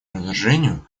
разоружению